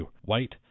white